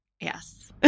Yes